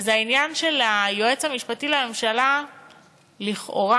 וזה העניין שליועץ המשפטי לממשלה לכאורה,